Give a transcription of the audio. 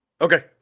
Okay